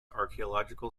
archeological